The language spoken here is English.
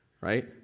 right